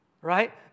right